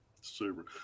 super